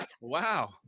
Wow